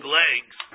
legs